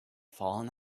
fallen